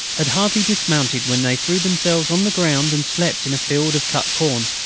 had hardly dismounted when they threw themselves on the ground and slept in a field of cut corn.